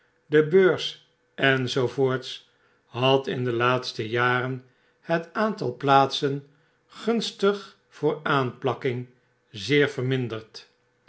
de beurs enz had in de laatste jaren het aantal plaatsen gunstig voor aanplakking zeer verminderd